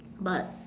but